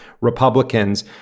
Republicans